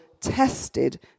tested